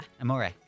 Amore